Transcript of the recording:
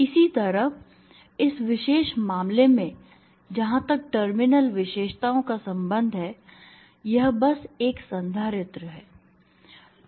इसी तरह इस विशेष मामले में जहां तक टर्मिनल विशेषताओं का संबंध है यह बस एक संधारित्र है